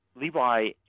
Levi